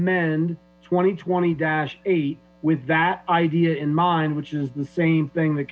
d twenty twenty dash eight with that idea in mind which is the same thing the